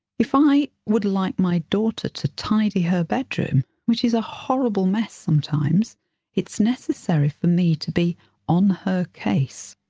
if i would like my daughter to tidy her bedroom which is a horrible mess sometimes it's necessary for me to be on her case.